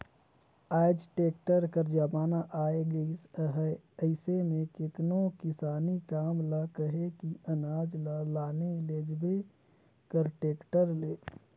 आएज टेक्टर कर जमाना आए गइस अहे अइसे में केतनो किसानी काम ल कहे कि अनाज ल लाने लेइजे कर टेक्टर ले सब करे में लगिन अहें